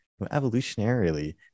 Evolutionarily